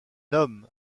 homme